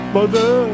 Mother